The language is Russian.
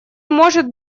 может